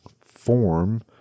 form